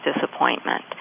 disappointment